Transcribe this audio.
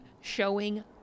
showing